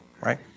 right